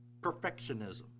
perfectionism